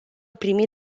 primi